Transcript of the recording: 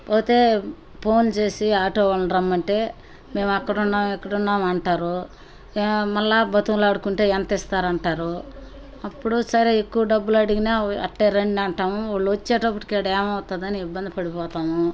పోతే ఫోన్ చేసి ఆటో వాళ్ళను రమ్మంటే మేము అక్కడున్నాం ఇక్కడున్నాం అంటారు ఏమో మళ్ళా బతిమిలాడుకుంటే ఎంత ఇస్తారు అంటారు అప్పుడు సరే ఎక్కువ డబ్బులు అడిగినా అట్టే రండి అంటాము వాళ్ళు వచ్చేటప్పటికి ఇక్కడ ఏమవుతుందని ఇబ్బంది పడిపోతాము